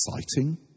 exciting